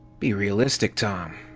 be realistic, tom.